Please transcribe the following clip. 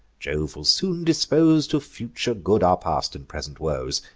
jove will soon dispose to future good our past and present woes.